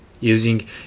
Using